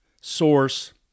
source